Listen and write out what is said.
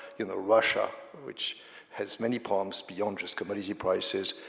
you know, russia, which has many problems beyond just commodity prices,